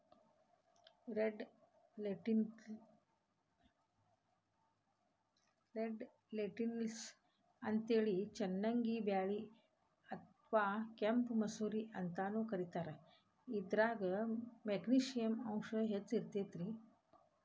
red lentils ಅಂತೇಳಿ ಚನ್ನಂಗಿ ಬ್ಯಾಳಿ ಅತ್ವಾ ಕೆಂಪ್ ಮಸೂರ ಅಂತಾನೂ ಕರೇತಾರ, ಇದ್ರಾಗ ಮೆಗ್ನಿಶಿಯಂ ಅಂಶ ಹೆಚ್ಚ್ ಇರ್ತೇತಿ